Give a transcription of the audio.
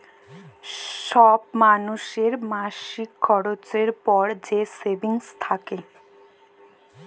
ছব মালুসের মাসিক খরচের পর যে সেভিংস থ্যাকে